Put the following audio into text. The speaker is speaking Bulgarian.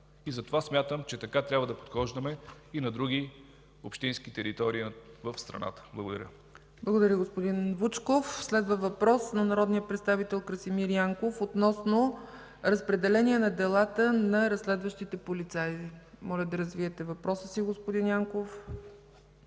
Затова смятам, че така трябва да подхождаме и на други общински територии в страната. Благодаря. ПРЕДСЕДАТЕЛ ЦЕЦКА ЦАЧЕВА: Благодаря, господин Вучков. Следва въпрос на народния представител Красимир Янков относно разпределение на делата на разследващите полицаи. Моля да развиете въпроса си, господин Янков.